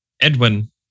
Edwin